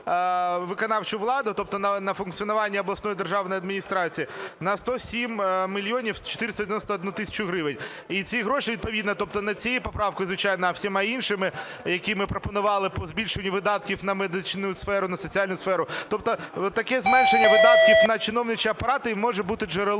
виконавчу владу, тобто на функціонування обласної державної адміністрації на 107 мільйонів 491 тисячу гривень. І ці гроші відповідно, тобто не цією поправкою, звичайно, а всіма іншими, які ми пропонували по збільшенню видатків на медичну сферу, на соціальну сферу, тобто таке зменшення видатків на чиновничі апарати і може бути джерелом